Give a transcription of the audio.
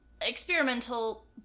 experimental